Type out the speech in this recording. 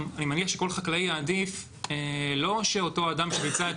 אני גם מניח שכל חקלאי יעדיף שלא אותו אדם שביצע את